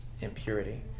impurity